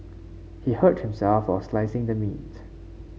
he hurt himself while slicing the meat